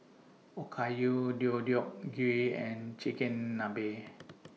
Okayu Deodeok Gui and Chigenabe